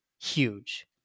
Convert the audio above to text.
huge